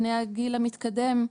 בני הגיל המתקדם,